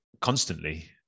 constantly